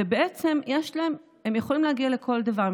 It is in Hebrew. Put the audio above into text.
ובעצם הם יכולים להגיע לכל דבר.